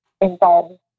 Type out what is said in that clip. involved